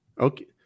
Okay